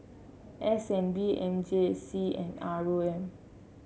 S N B M J C and R O M